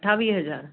अठावीह हज़ार